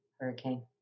Hurricane